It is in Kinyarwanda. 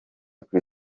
kuri